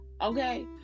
Okay